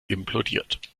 implodiert